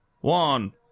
one